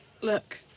Look